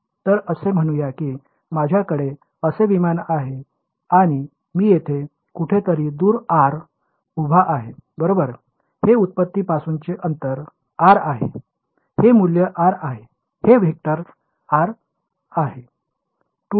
तर असे म्हणूया की माझ्याकडे असे विमान आहे आणि मी येथे कुठेतरी दूर r उभा आहे बरोबर हे उत्पत्तीपासूनचे अंतर r आहे हे मूल्य r आहे हे वेक्टर rˆ आहे